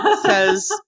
Says